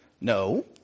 No